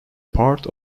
part